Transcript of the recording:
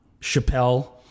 Chappelle